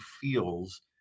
feels